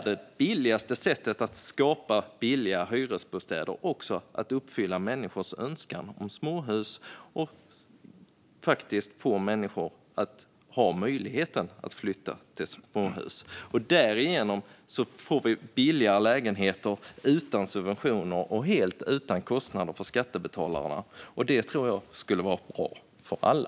Det billigaste sättet att skapa billiga hyresbostäder är faktiskt att uppfylla människors önskan om småhus och ge dem möjligheten att flytta till sådana, för därigenom får vi billiga lägenheter utan subventioner och helt utan kostnader för skattebetalarna. Det tror jag skulle vara bra för alla.